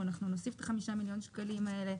אנחנו נוסיף את 5 מיליון השקלים האלה.